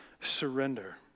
surrender